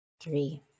three